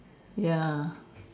ya